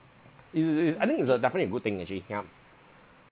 it is I think it's a definitely a good thing actually yeah